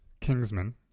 Kingsman